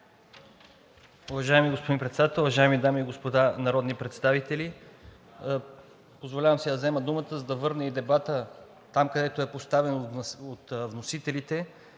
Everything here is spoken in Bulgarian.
Уважаеми господин Председател, уважаеми дами и господа народни представители! Позволявам си да взема думата, за да върна и дебата там, където е поставен от вносителите.